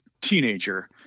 teenager